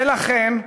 ולכן,